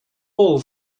all